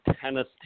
tennis